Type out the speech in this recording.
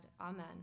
Amen